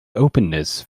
openness